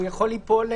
הוא יכול ליפול,